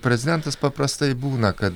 prezidentas paprastai būna kad